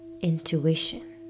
intuition